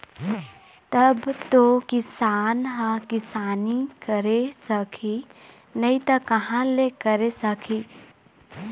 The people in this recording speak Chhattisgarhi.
तब तो किसान ह किसानी करे सकही नइ त कहाँ ले करे सकही